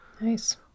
Nice